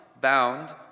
bound